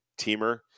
teamer